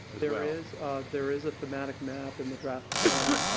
there is there is a thematic map in the draft plan.